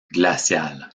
glaciale